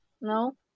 no